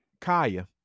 Kaya